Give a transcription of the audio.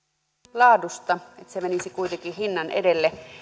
laadusta että se menisi kuitenkin hinnan edelle